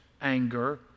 anger